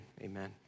amen